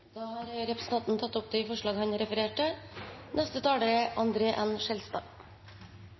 Representanten Torgeir Knag Fylkesnes har tatt opp de forslagene han refererte til. Handelsnæringen er